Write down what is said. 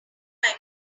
bare